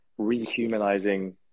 rehumanizing